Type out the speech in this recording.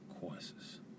courses